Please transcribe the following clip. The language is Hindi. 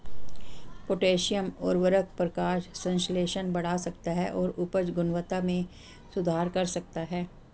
पोटेशियम उवर्रक प्रकाश संश्लेषण बढ़ा सकता है और उपज गुणवत्ता में सुधार कर सकता है